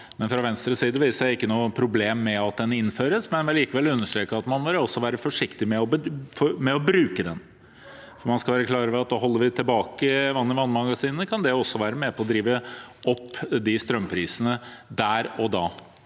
av. Fra Venstres side ser vi ikke noe problem med at den innføres, men vi vil likevel understreke at man må være forsiktig med å bruke den. Man skal være klar over at holder vi tilbake vann i vannmagasinene, kan det også være med på å drive opp strømprisene der og da.